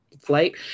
flight